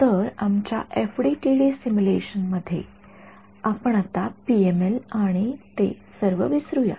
तर आमच्या FDTD simulation मध्ये आपण आता पीएमएल आणि ते सर्व विसरू या